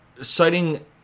citing